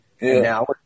Now